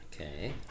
Okay